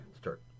start